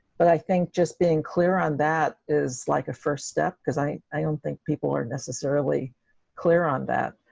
but i think just being clear on that is like a first step because i i don't think people are necessarily clear on that.